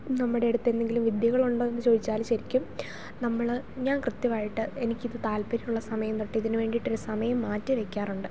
നമ്മുടെ അടുത്ത് എന്തെങ്കിലും വിദ്യകളുണ്ടോ എന്നു ചോദിച്ചാൽ ശരിക്കും നമ്മൾ ഞാൻ കൃത്യമായിട്ട് എനിക്ക് ഇത് താല്പര്യമുള്ള സമയം തൊട്ട് ഇതിനു വേണ്ടിയിട്ട് ഒരു സമയം മാറ്റി വയ്ക്കാറുണ്ട്